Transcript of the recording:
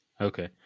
Okay